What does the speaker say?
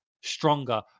stronger